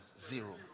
zero